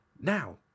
Now